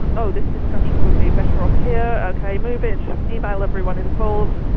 and oh, this discussion would be better off here, okay, move it, email everyone involved,